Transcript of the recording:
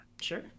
sure